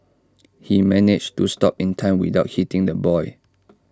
he managed to stop in time without hitting the boy